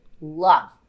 love